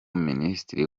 minisitiri